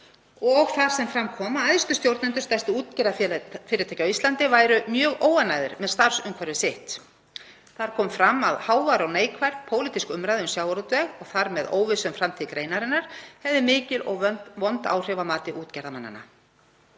þar sem fram kom að æðstu stjórnendur stærstu útgerðarfyrirtækja á Íslandi væru mjög óánægðir með starfsumhverfi sitt. Þar kom fram að hávær og neikvæð pólitísk umræða um sjávarútveg og þar með óvissa um framtíð greinarinnar hefði mikil og vond áhrif að mati útgerðarmannanna.